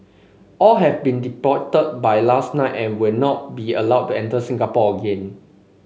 all have been deported by last night and will not be allowed to enter Singapore again